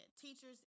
teachers